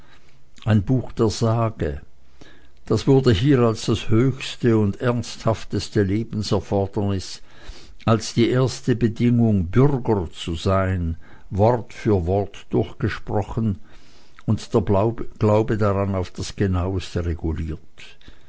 ein buch der sage das wurde hier als das höchste und ernsthafteste lebenserfordernis als die erste bedingung bürger zu sein wort für wort durchgesprochen und der glaube daran auf das genaueste reguliert